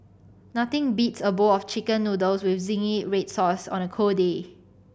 nothing beats a bowl of Chicken Noodles with zingy red sauce on a cold day